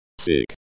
Sick